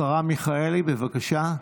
השרה מיכאלי, בבקשה.